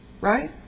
right